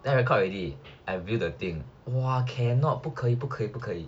then record already I view the thing !wah! cannot 不可以不可以不可以